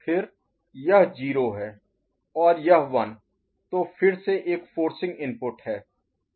फिर अगर यह 0 है और यह 1 तो 0 फिर से एक फोर्सिंग इनपुट है